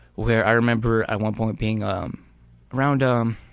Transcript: where i remember at one point being um around um